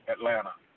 Atlanta